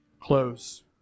close